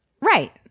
Right